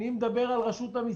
מדבר על רשות המיסים.